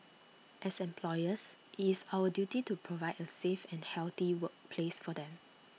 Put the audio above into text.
as employers IT is our duty to provide A safe and healthy workplace for them